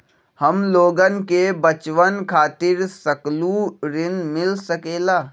हमलोगन के बचवन खातीर सकलू ऋण मिल सकेला?